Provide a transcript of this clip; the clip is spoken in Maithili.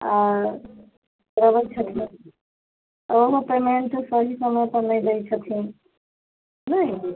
आओर करै छथिन ओहूमे पेमेन्ट सही समयपर नहि दै छथिन नहि